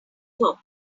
talk